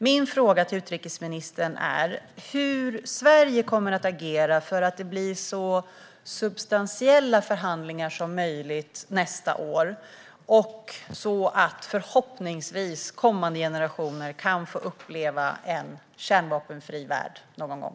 Min fråga till utrikesministern är hur Sverige kommer att agera för att det ska bli så substantiella förhandlingar som möjligt nästa år, så att kommande generationer förhoppningsvis kan få uppleva en kärnvapenfri värld någon gång.